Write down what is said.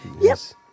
Yes